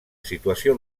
situació